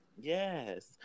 yes